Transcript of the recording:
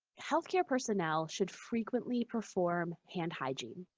healthcare personnel should frequently perform hand hygiene,